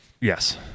Yes